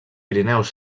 pirineus